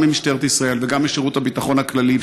גם ממשטרת ישראל וגם משירות הביטחון הכללי,